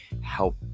help